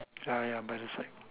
yeah by the side